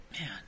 man